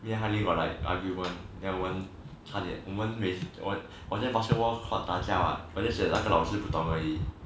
me and 翰林 got like argue one then 我们差点我们每次我我在 basketball court 打架 what but then 那个老师不懂而已